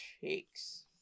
Cheeks